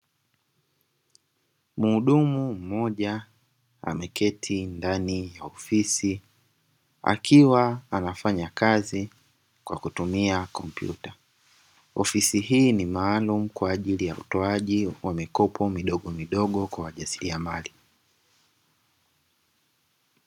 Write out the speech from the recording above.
Muhudumu mmoja ameketi ndani ya ofisi akiwa anafanya kazi kwa kutumia kompyuta. Ofisi hii ni maalumu kwa ajili ya utoaji wa mikopo midogomidogo kwa wajasiliamali.